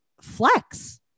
Flex